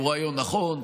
הוא רעיון נכון.